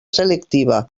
selectiva